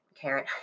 Carrot